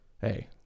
hey